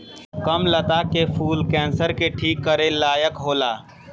कामलता के फूल कैंसर के ठीक करे लायक होला